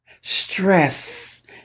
stress